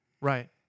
Right